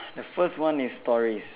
the first one is stories